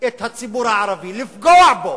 את הציבור הערבי, לפגוע בו.